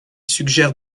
suggère